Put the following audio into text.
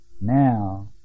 now